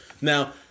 Now